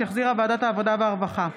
שהחזירה ועדת העבודה והרווחה.